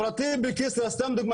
הפרטי בכסרא, סתם דוגמה